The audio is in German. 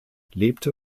lebte